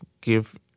give